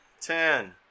ten